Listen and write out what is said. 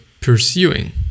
pursuing